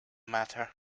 matter